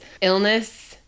illness